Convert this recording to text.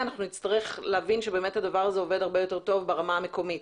נצטרך להבין שבאמת הדבר הזה עובד הרבה יותר טוב ברמה המקומית.